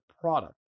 product